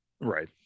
Right